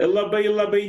labai labai